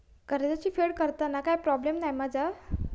कर्जाची फेड करताना काय प्रोब्लेम नाय मा जा?